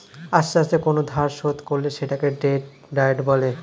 আস্তে আস্তে কোন ধার শোধ করলে সেটাকে ডেট ডায়েট বলে